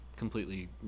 completely